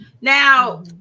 Now